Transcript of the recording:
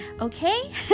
Okay